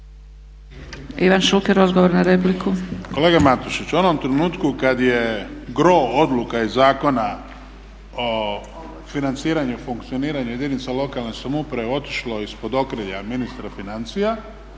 **Šuker, Ivan (HDZ)** Kolega Matušić, u onom trenutku kada je gro odluka i zakona o financiranju i funkcioniranju jedinica lokalne samouprave otišlo ispod okrilja ministra financija